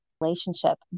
relationship